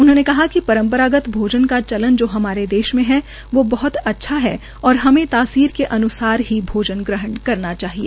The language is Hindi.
उन्होंने परम्परागत भोजन का चलन जो हमारे देश मे है वह बह्त अच्छा है और हमें तासीर के अन्सार ही भोजन ग्रहण करना चाहिए